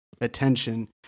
attention